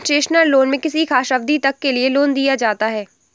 concessional loan में किसी खास अवधि तक के लिए लोन दिया जाता है